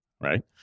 right